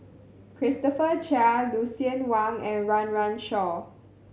Christopher Chia Lucien Wang and Run Run Shaw